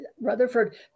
Rutherford